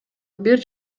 бир